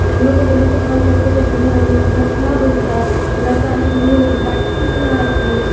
हम लोग को डेली सफाई करते करते इधर हम लोग का हालत खराब हो जाता है घर पर आने पर मम्मी लोग डाँटती भी है कि